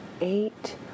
eight